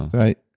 right.